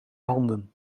handen